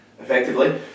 effectively